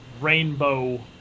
rainbow